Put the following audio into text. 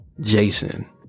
Jason